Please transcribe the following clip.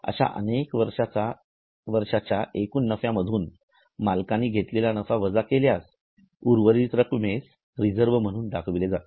अश्या अनेक वर्षांचा एकूण नफ्यामधून मालकांनी घेतलेला नफा वजा केल्यास उर्वरित रक्कमेस रिजर्व म्हणून दाखविले जाते